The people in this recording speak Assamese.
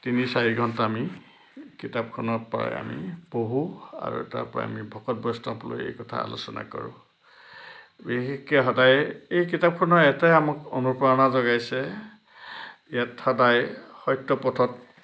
তিনি চাৰি ঘণ্টা আমি কিতাপখনৰ পৰাই আমি পঢ়োঁ আৰু তাৰ পৰাই আমি ভকত বৈষ্ণৱৰ লগত এই কথা আলোচনা কৰোঁ বিশেষকৈ সদায় এই কিতাপখনৰ এটাই আমাক অনুপ্ৰেৰণা জগাইছে ইয়াত সদায় সত্য পথত